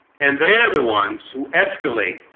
and they're the ones who escalate